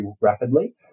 rapidly